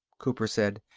cooper said.